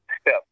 step